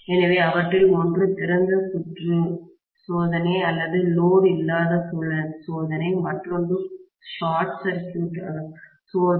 எனவே அவற்றில் ஒன்று திறந்த சுற்று சோதனை அல்லது லோடு இல்லா சோதனை மற்றொன்று குறுகிய சுற்றுசார்ட் சர்க்யூட் சோதனை